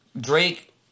Drake